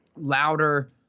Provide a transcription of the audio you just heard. louder